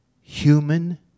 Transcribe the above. human